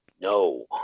No